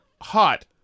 hot